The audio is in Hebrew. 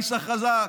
האיש החזק,